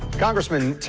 congressman,